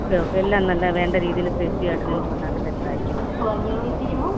okay എല്ലാം നല്ല വേണ്ട രീതിയിൽ ടെസ്റ്റി ചെയ്തിട്ട് നിങ്ങൾക്ക് ഉണ്ടാക്കി തരുന്നതായിരിക്കും ഓക്കെ